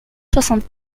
soixante